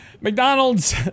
McDonald's